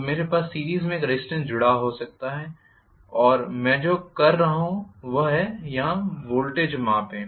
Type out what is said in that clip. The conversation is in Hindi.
तो मेरे पास सीरीस में एक रेज़िस्टेन्स जुड़ा हो सकता है और मैं जो कर रहा हूं वह है यहाँ वोल्टेज मापें